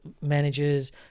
managers